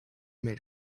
made